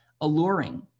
alluring